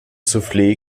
souffle